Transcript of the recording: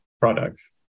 products